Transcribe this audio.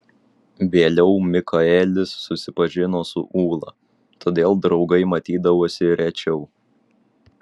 vėliau mikaelis susipažino su ūla todėl draugai matydavosi rečiau